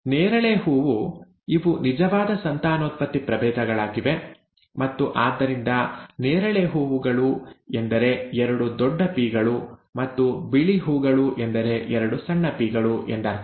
ನೇರಳೆ ಹೂವು ಇವು ನಿಜವಾದ ಸಂತಾನೋತ್ಪತ್ತಿ ಪ್ರಭೇದಗಳಾಗಿವೆ ಮತ್ತು ಆದ್ದರಿಂದ ನೇರಳೆ ಹೂವುಗಳು ಎಂದರೆ ಎರಡೂ ದೊಡ್ಡ ಪಿ ಗಳು ಮತ್ತು ಬಿಳಿ ಹೂಗಳು ಎಂದರೆ ಎರಡೂ ಸಣ್ಣ ಪಿ ಗಳು ಎಂದರ್ಥ